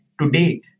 today